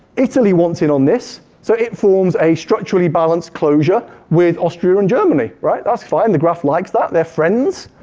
italy wants in on this. so it forms a structurally balanced closure with austria and germany, right? that's fine, the graph likes that, they're friends.